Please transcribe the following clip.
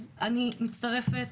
אז אני מצטרפת